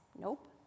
Nope